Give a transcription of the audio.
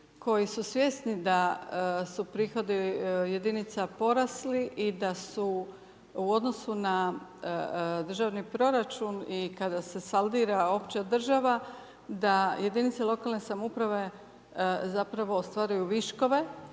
koji su svjesni da su prihodi jedinica porasli i da su u odnosu na državni proračun i kada se saldira opća država, da jedinice lokalne samouprave zapravo ostvaruju viškove,